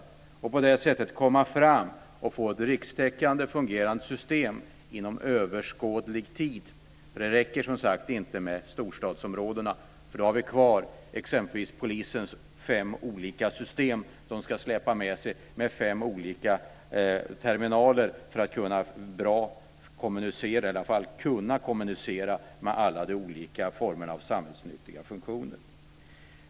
På det sättet kunde man komma fram och få ett rikstäckande, fungerande system inom överskådlig tid. För det räcker som sagt inte med storstadsområdena. Då har vi kvar exempelvis polisens fem olika system med fem olika terminaler som man ska släpa med sig för att kunna kommunicera med alla de olika formerna av samhällsnyttiga funktioner.